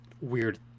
weird